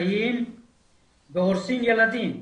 חיים והורסים ילדים.